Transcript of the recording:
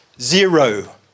Zero